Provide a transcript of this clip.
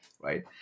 right